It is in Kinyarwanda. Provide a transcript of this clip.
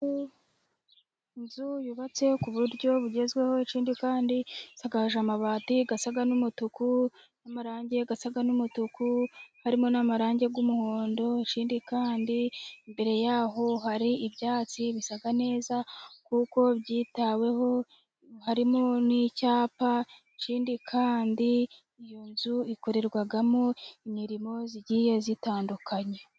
Knzu yubatse ku buryo bugezweho, ikindi kandi isakaje amabati asa n'umutuku, n'amarangi asa n'umutuku, harimo n'amarangi y'umuhondo, ikindi kandi imbere yaho hari ibyatsi bisa neza, kuko byitaweho harimo n'icyapa, ikindi kandi iyo nzu ikorerwagamo imirimo, igiye itandukanye.